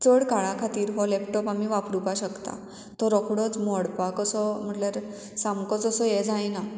चड काळा खातीर हो लॅपटॉप आमी वापरुपाक शकता तो रोकडोच मोडपाक असो म्हटल्यार सामकोच असो हें जायना